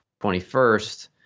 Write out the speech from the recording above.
21st